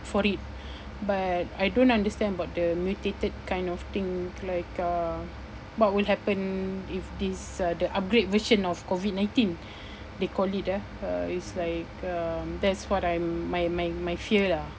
for it but I don't understand about the mutated kind of thing like uh what will happen if this uh the upgrade version of COVID nineteen they call it ah uh is like um that's what I'm my my my fear lah